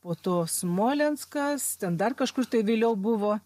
po to smolenskas ten dar kažkur tai vėliau buvo